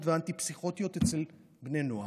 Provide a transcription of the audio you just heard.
ואנטי-פסיכוטיות אצל בני נוער.